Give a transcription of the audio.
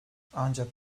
ancak